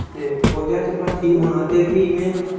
ते फौजा भर्थी होना ते फ्ही में